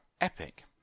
Epic